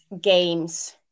games